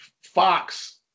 Fox